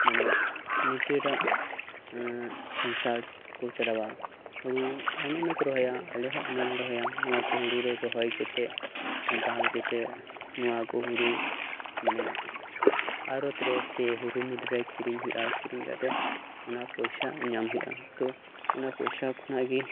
ᱢᱟᱱᱮ ᱱᱤᱡᱮᱨᱟᱜ ᱥᱚᱝᱥᱟᱨ ᱠᱚ ᱪᱟᱞᱟᱣᱟ ᱦᱩᱲᱩ ᱟᱭᱢᱟ ᱟᱭᱢᱟ ᱠᱚ ᱨᱚᱦᱚᱭᱟ ᱟᱞᱮ ᱦᱚᱸ ᱟᱭᱢᱟ ᱞᱮ ᱨᱚᱦᱚᱭᱟ ᱦᱩᱲᱩ ᱞᱮ ᱨᱚᱦᱚᱭ ᱠᱟᱛᱮ ᱫᱟᱞ ᱠᱟᱛᱮᱱᱚᱣᱟ ᱠᱩ ᱦᱩᱲᱩ ᱢᱟᱱᱮ ᱟᱲᱚᱛ ᱨᱮ ᱥᱮ ᱦᱩᱲᱩ ᱢᱤᱞᱨᱮ ᱟᱹᱠᱷᱟᱹᱨᱤᱧ ᱦᱩᱭᱩᱜᱼᱟ ᱟᱹᱠᱷᱟᱹᱨᱤᱧ ᱠᱟᱛᱮ ᱚᱱᱟ ᱯᱚᱭᱥᱟ ᱧᱟᱢ ᱦᱩᱭᱩᱜᱼᱟ ᱛᱳ ᱚᱱᱟ ᱯᱚᱭᱥᱟ ᱠᱷᱚᱱᱟᱜ ᱜᱮ